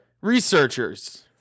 researchers